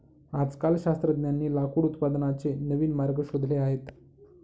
आजकाल शास्त्रज्ञांनी लाकूड उत्पादनाचे नवीन मार्ग शोधले आहेत